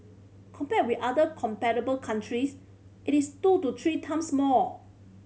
compared with other comparable countries it is two to three times more